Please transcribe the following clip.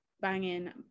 banging